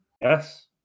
Yes